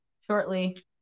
shortly